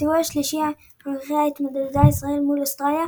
בסיבוב השלישי והמכריע התמודדה ישראל מול אוסטרליה,